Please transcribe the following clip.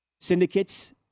syndicates